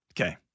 Okay